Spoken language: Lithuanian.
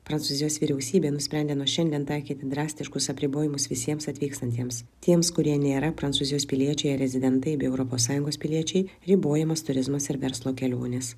prancūzijos vyriausybė nusprendė nuo šiandien taikyti drastiškus apribojimus visiems atvykstantiems tiems kurie nėra prancūzijos piliečiai ar rezidentai bei europos sąjungos piliečiai ribojamas turizmas ir verslo kelionės